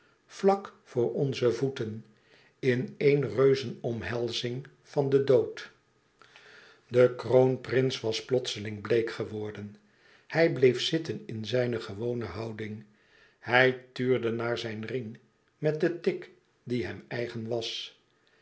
vlak voor onze voeten in één reuzenomhelzing van den dood de kroonprins was plotseling bleek geworden hij bleef zitten in zijne gewone houding hij tuurde naar zijn ring met den tic die hem eigen was